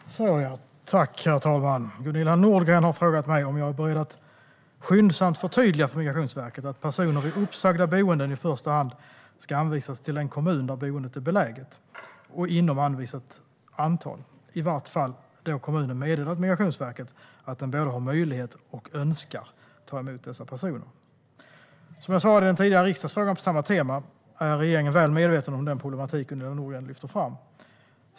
Svar på interpellationer Herr talman! Gunilla Nordgren har frågat mig om jag är beredd att skyndsamt förtydliga för Migrationsverket att personer vid uppsagda boenden i första hand ska anvisas till den kommun där boendet är beläget och inom anvisat antal, i vart fall då kommunen meddelat Migrationsverket att den både har möjlighet och önskar ta emot dessa personer. Som jag svarade i den tidigare riksdagsfrågan på samma tema är regeringen väl medveten om den problematik Gunilla Nordgren lyfter fram.